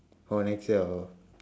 or next year i will